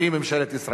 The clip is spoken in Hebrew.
והיא ממשלת ישראל.